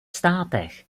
státech